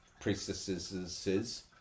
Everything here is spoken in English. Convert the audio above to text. priestesses